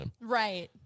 right